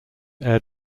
air